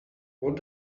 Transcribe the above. what